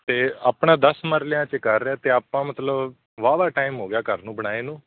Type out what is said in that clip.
ਅਤੇ ਆਪਣਾ ਦਸ ਮਰਲਿਆਂ 'ਚ ਘਰ ਹੈ ਅਤੇ ਆਪਾਂ ਮਤਲਬ ਵਾਹਵਾ ਟਾਈਮ ਹੋ ਗਿਆ ਘਰ ਨੂੰ ਬਣਾਏ ਨੂੰ